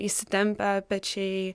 įsitempę pečiai